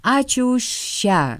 ačiū už šią